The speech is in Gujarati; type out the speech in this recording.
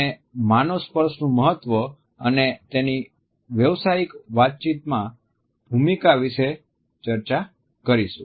આપણે માનવ સ્પર્શનું મહત્વ અને તેની વ્યાવસાયિક વાતચીતમાં ભૂમિકા વિશે ચર્ચા કરીશું